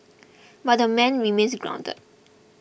but the man remains grounded